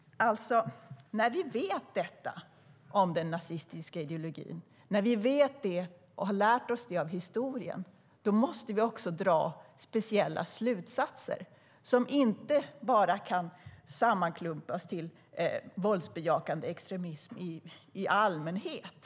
När vi vet detta om den nazistiska ideologin, och när vi har lärt oss det av historien, måste vi också dra speciella slutsatser som inte bara kan sammanklumpas till våldsbejakande extremism i allmänhet.